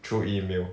through email